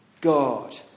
God